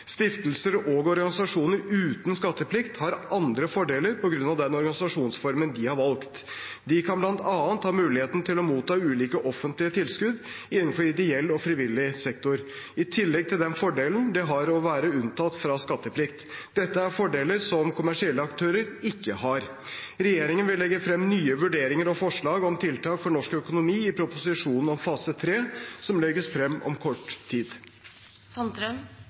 Stiftelser og organisasjoner uten skatteplikt har andre fordeler på grunn av den organisasjonsformen de har valgt. De kan bl.a. ha muligheten til å motta ulike offentlige tilskudd innenfor ideell og frivillig sektor, i tillegg til den fordelen det er å være unntatt fra skatteplikt. Dette er fordeler som kommersielle aktører ikke har. Regjeringen vil legge frem nye vurderinger og forslag om tiltak for norsk økonomi i proposisjonen om fase 3, som legges frem om kort